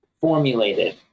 formulated